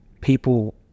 people